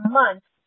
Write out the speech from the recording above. months